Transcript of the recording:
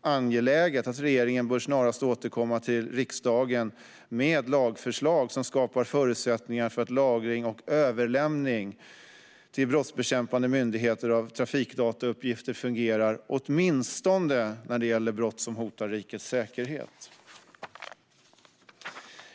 angeläget att regeringen snarast bör återkomma till riksdagen med lagförslag som skapar förutsättningar för att lagring och överlämning av trafikdatauppgifter till brottsbekämpande myndigheter fungerar åtminstone när det gäller brott som hotar rikets säkerhet.